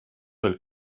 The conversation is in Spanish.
del